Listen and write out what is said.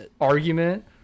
argument